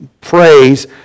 phrase